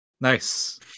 nice